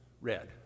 red